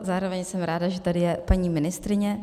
Zároveň jsem ráda, že tady je paní ministryně.